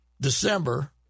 December